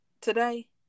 today